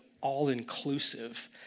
all-inclusive